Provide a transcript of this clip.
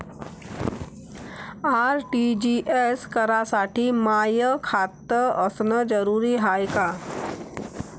RTGS करासाठी माय खात असनं जरुरीच हाय का?